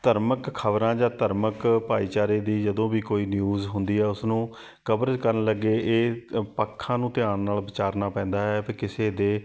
ਧਾਰਮਿਕ ਖਬਰਾਂ ਜਾਂ ਧਾਰਮਿਕ ਭਾਈਚਾਰੇ ਦੀ ਜਦੋਂ ਵੀ ਕੋਈ ਨਿਊਜ਼ ਹੁੰਦੀ ਹੈ ਉਸ ਨੂੰ ਕਵਰਜ ਕਰਨ ਲੱਗੇ ਇਹ ਪੱਖਾਂ ਨੂੰ ਧਿਆਨ ਨਾਲ ਵਿਚਾਰਨਾ ਪੈਂਦਾ ਹੈ ਵੀ ਕਿਸੇ ਦੇ